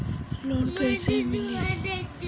Loan कइसे मिली?